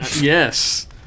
Yes